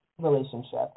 relationship